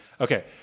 Okay